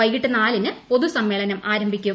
വൈകിട്ട് നാലിന് അവിടെ പൊതുസമ്മേളനം ആരംഭിക്കും